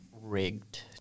rigged